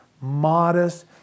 modest